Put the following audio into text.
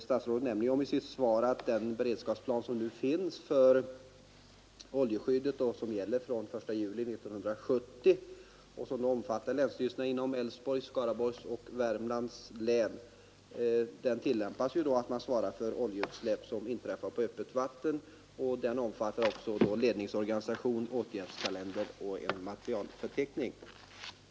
Statsrådet nämnde i sitt svar att den beredskapsplan som nu finns för oljeskyddet och som gäller från 1 juli 1970 — den omfattar lä na inom Älvsborgs, Skaraborgs och Värmlands län — tillämpas så svarar för oljeutslä också ledningsorganisation, åtgärdskalender samt materielförteckning.